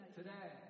today